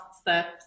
steps